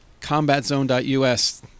combatzone.us